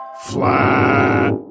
Flat